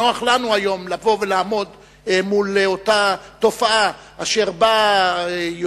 נוח לנו היום לבוא ולעמוד מול אותה תופעה אשר בה יוצאים